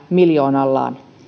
miljoonallaan